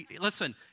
Listen